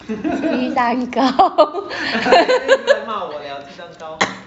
鸡蛋糕